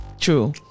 True